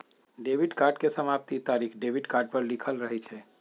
debit card के समाप्ति तारिख डेबिट कार्ड पर लिखल रहइ छै